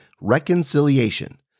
reconciliation